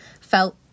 felt